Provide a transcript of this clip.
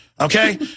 Okay